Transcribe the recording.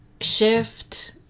shift